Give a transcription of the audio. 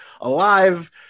alive